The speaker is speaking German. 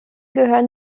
gehören